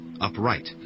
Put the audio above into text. upright